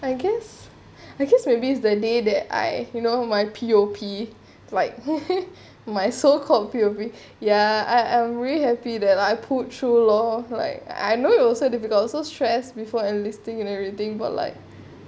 I guess I guess maybe there day I you know my P_O_P like my so called P_O_P ya I I really happy I put through law like I I know it also difficult also stress before enlisting and everything but like